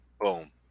Boom